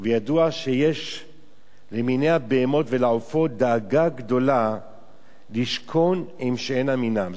ידוע שיש למיני הבהמות ולעופות דאגה גדולה לשכון עם שאינם מינם,